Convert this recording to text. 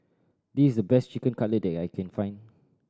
this is the best Chicken Cutlet that I can find